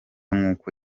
nkuko